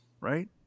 right